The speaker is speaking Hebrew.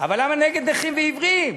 אבל למה נגד נכים ועיוורים?